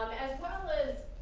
as well is,